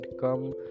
come